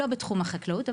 לא בתחום החקלאות,